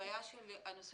הבעיה של המסתננים,